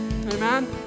Amen